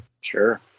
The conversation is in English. Sure